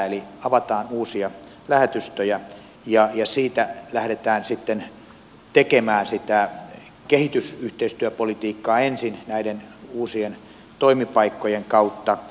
eli avataan uusia lähetystöjä ja siitä lähdetään sitten tekemään sitä kehitysyhteistyöpolitiikkaa ensin näiden uusien toimipaikkojen kautta